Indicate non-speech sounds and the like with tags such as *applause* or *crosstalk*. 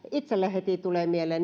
itselle heti tulee mieleen *unintelligible*